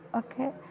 ഒക്കെ